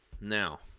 Now